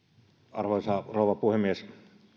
arvoisa rouva puhemies